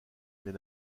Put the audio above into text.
mais